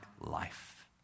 life